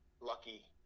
lucky